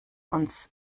uns